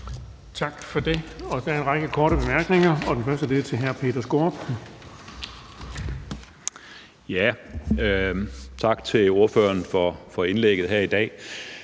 Tak for det. Og der er en række korte bemærkninger. Den første er til hr. Peter Skaarup. Kl. 17:06 Peter Skaarup (DD): Tak til ordføreren for indlægget her i dag.